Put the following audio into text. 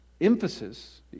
emphasis